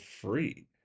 free